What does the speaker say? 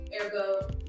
ergo